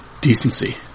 decency